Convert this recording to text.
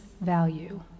value